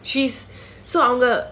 she's I think அவங்க:avanga